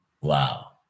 Wow